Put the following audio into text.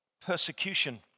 persecution